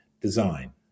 design